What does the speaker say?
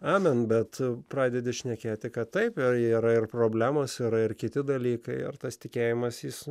amen bet pradedi šnekėti kad taip karjera ir problemos yra ir kiti dalykai ar tas tikėjimas jis